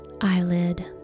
eyelid